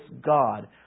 God